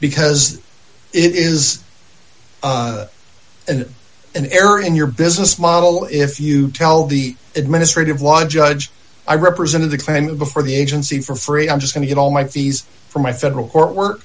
because it is an an error in your business model if you tell the administrative law judge i represented the claim before the agency for free i'm just gonna get all my fees from my federal court work